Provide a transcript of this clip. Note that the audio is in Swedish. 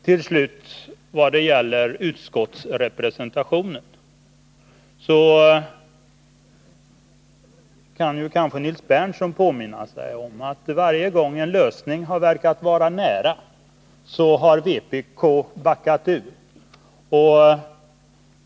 Vad det till slut gäller utskottsrepresentationen kan kanske Nils Berndtson påminna sig att varje gång en lösning verkat vara nära, så har vpk backat ur.